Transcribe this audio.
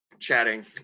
chatting